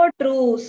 true